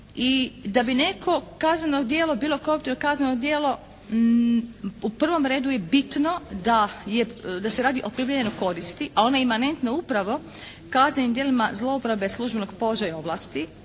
i da bi neko kazneno djelo bilo koruptivno kazneno djelo u prvom redu je bitno da se radi o …/Govornik se ne razumije./… koristi a ono je imanentno upravo kaznenim djelima zlouporabe službenog položaja i ovlasti